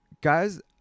Guys